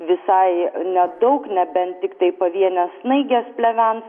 visai nedaug nebent tiktai pavienės snaigės plevens